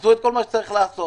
עשו כל מה שצריך לעשות,